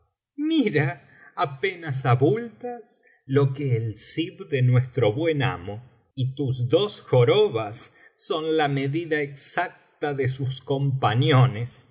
mira apenas abultas lo que el zib de nuestro buen amo y tus dos jorobas son la medida exacta de sus